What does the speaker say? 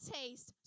taste